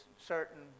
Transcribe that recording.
certain